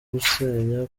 gusenya